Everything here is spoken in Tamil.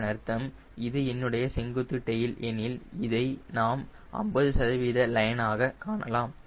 இதன் அர்த்தம் இது என்னுடைய செங்குத்து டெயில் எனில் இதை நாம் 50 சதவிகித லைனாக காணலாம்